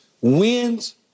wins